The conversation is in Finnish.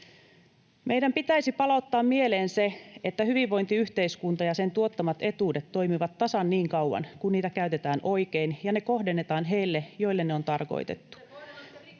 Meidän pitäisi palauttaa mieleen se, että hyvinvointiyhteiskunta ja sen tuottamat etuudet toimivat tasan niin kauan kuin niitä käytetään oikein ja ne kohdennetaan heille, joille ne on tarkoitettu.